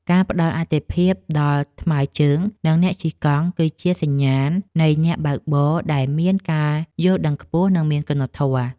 ការផ្ដល់អាទិភាពដល់ថ្មើរជើង និងអ្នកជិះកង់ គឺជាសញ្ញាណនៃអ្នកបើកបរដែលមានការយល់ដឹងខ្ពស់ និងមានគុណធម៌។